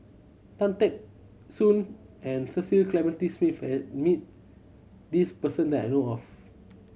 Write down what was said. Tan Teck Soon and Cecil Clementi Smith has met this person that I know of